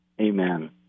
Amen